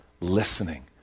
listening